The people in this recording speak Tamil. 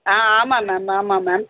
ஆ ஆமாம் மேம் ஆமாம் மேம்